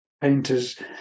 painters